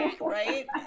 right